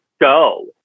go